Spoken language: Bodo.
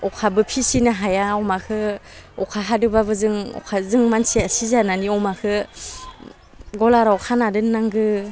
अखाबो फिसिनो हाया अमाखौ अखा हादोबाबो जों अखा जों मानसिया सिजानानै अमाखौ गलाराव खाना दोननांगौ